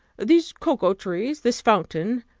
these cocoa trees, this fountain,